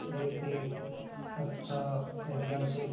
एक अच्छा ऐतिहासिक